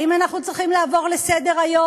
האם אנחנו צריכים לעבור לסדר-היום?